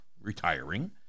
retiring